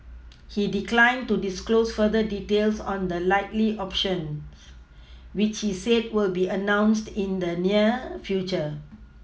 he declined to disclose further details on the likely options which he said will be announced in the near future